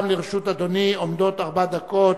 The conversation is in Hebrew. גם לרשות אדוני עומדות ארבע דקות,